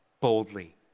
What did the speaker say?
boldly